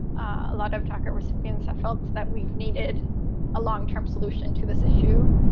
a lot of talk at recipients. i felt that we've needed a long term solution to this issue.